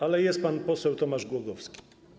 Ale jest pan poseł Tomasz Głogowski.